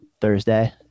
Thursday